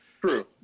true